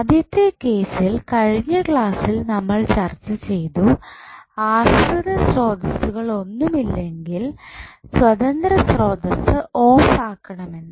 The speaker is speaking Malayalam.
ആദ്യത്തെ കേസിൽ കഴിഞ്ഞ ക്ലാസ്സിൽ നമ്മൾ ചർച്ച ചെയ്തു ആശ്രിത സ്രോതസ്സുകൾ ഒന്നുമില്ലെങ്കിൽ സ്വതന്ത്ര സ്രോതസ്സ് ഓഫ് ആക്കണമെന്ന്